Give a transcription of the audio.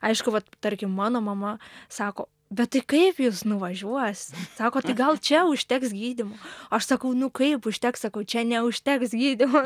aišku vat tarkim mano mama sako bet tai kaip jūs nuvažiuosit sako tai gal čia užteks gydymo aš sakau nu kaip užteks sakau čia neužteks gydymo